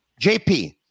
JP